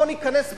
בוא ניכנס בהם,